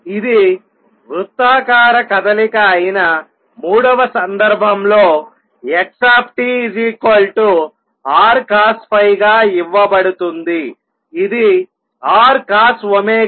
ఇది వృత్తాకార కదలిక అయిన మూడవ సందర్భంలో x R cosϕ గా ఇవ్వబడుతుంది ఇది Rcosωt